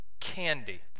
candy